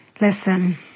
listen